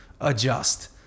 adjust